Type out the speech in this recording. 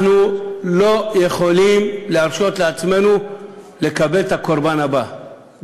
אנחנו לא יכולים להרשות לעצמנו לקבל את הקורבן הבא,